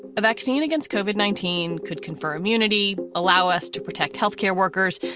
a vaccine against koven, nineteen, could confer immunity, allow us to protect health care workers,